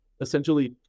essentially